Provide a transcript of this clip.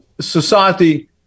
society